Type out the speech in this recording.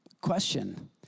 question